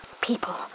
People